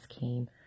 came